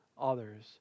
others